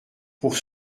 pour